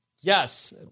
Yes